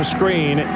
screen